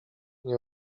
nie